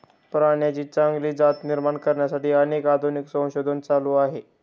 प्राण्यांची चांगली जात निर्माण करण्यासाठी अनेक आधुनिक संशोधन चालू आहे